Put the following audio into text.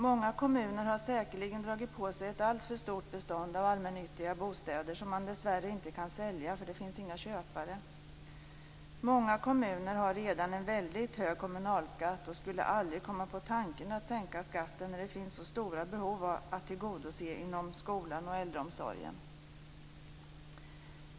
Många kommuner har säkerligen dragit på sig ett alltför stort bestånd av allmännyttiga bostäder som de dessvärre inte kan sälja därför att det inte finns några köpare. Många kommuner har redan en väldigt hög kommunalskatt och skulle aldrig komma på tanken att sänka skatten när det finns så stora behov att tillgodose inom skolan och äldreomsorgen.